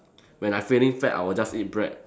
when I feeling fat I will just eat bread